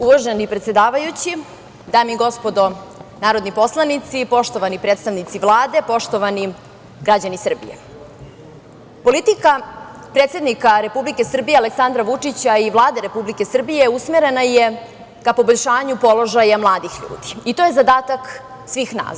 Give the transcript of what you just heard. Uvaženi predsedavajući, dame i gospodo narodni poslanici, poštovani predstavnici Vlade, poštovani građani Srbije, politika predsednika Republike Srbije Aleksandra Vučića i Vlade Republike Srbije usmerena je ka poboljšanju položaja mladih ljudi i to je zadatak svih nas.